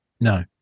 No